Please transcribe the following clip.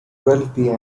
twelve